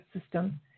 system